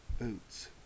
boots